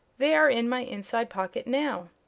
they are in my inside pocket now.